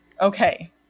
Okay